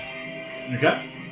Okay